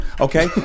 Okay